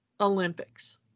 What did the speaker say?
olympics